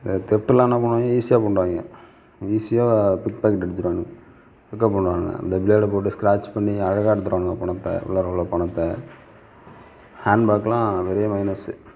இந்த தெஃப்ட்டுலாம் என்ன பண்ணுவாங்க ஈஸியாக பண்ணிடுவாங்க ஈஸியாக பிக்பாக்கெட் எடுத்துடுவானுங்க பிக்அப் பண்ணுவானுங்க இந்த ப்ளேடை போட்டு ஸ்கிராச் பண்ணி அழகாக எடுத்துடுவானுங்க பணத்தை உள்ளார உள்ள பணத்தை ஹேண்ட்பேக்லாம் நிறைய மைனஸு